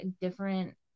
different